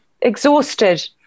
exhausted